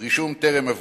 רישום טרם עברו.